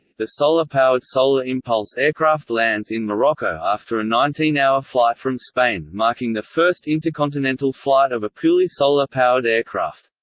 the solar-powered solar impulse aircraft lands in morocco after a nineteen hour flight from spain, marking the first intercontinental flight of a purely solar-powered aircraft.